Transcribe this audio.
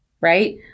right